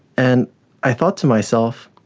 and i thought to myself,